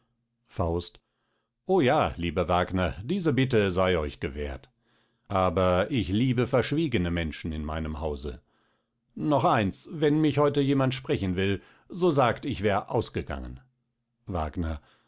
faust o ja lieber wagner diese bitte sei euch gewährt aber ich liebe verschwiegene menschen in meinem hause noch eins wenn mich heute jemand sprechen will so sagt ich wär ausgegangen wagner